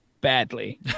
badly